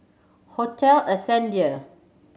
Hotel Ascendere